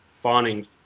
fawning